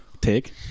take